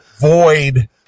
void